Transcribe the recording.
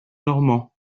normand